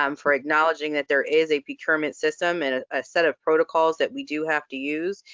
um for acknowledging that there is a procurement system and ah a set of protocols that we do have to use,